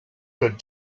could